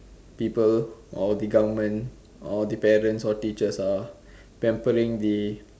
people or the government or the parents or the teachers are pampering the